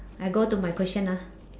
I go to my question ah